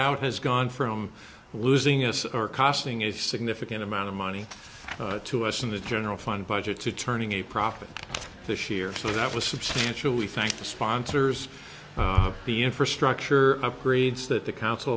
out has gone from losing us are costing a significant amount of money to us and the general fund budget to turning a profit this year so that was substantial we thank the sponsors the infrastructure upgrades that the council